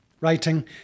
writing